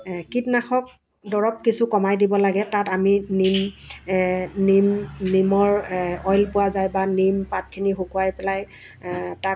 কীটনাশক দৰৱ কিছু কমাই দিব লাগে তাত আমি নিম নিম নিমৰ অইল পোৱা যায় বা নিমপাতখিনি শুকুৱাই পেলাই তাক